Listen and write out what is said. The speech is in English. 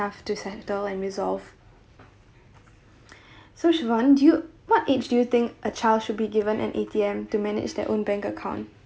tough to settle and resolve so chivonne do you what age do you think a child should be given an A_T_M to manage their own bank account